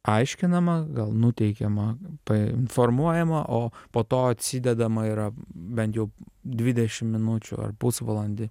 aiškinama gal nuteikiama painformuojama o po to atsidedama yra bent jau dvidešim minučių ar pusvalandį